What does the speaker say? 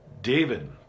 David